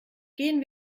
gehen